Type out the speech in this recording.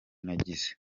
nagize